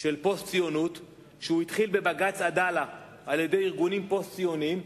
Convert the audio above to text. של פוסט-ציונות שהתחיל בבג"ץ "עדאלה" על-ידי ארגונים פוסט-ציוניים,